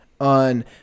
on